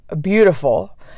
beautiful